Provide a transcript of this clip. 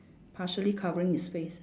partially covering his face